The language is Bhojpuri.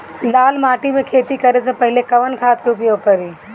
लाल माटी में खेती करे से पहिले कवन खाद के उपयोग करीं?